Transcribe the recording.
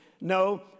no